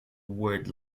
word